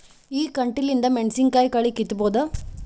ಈ ಕಂಟಿಲಿಂದ ಮೆಣಸಿನಕಾಯಿ ಕಳಿ ಕಿತ್ತಬೋದ?